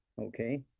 okay